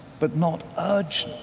but not urgent.